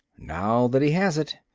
now that he has it.